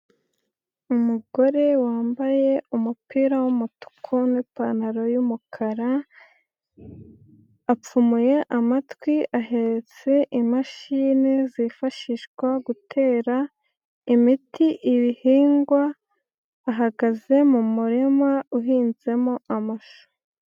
Umugore wambaye umupira w'umutuku n'ipantaro y'umukara apfumuye amatwi, ahetse imashini zifashishwa gutera imiti ibihingwa, ahagaze mu murima uhinzemo amashu.